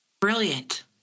Brilliant